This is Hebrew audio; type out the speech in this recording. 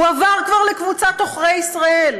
הוא עבר כבר לקבוצת עוכרי ישראל,